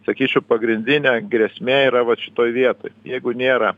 sakyčiau pagrindinė grėsmė yra vat šitoj vietoj jeigu nėra